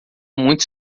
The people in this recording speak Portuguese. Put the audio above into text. muito